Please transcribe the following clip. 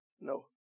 No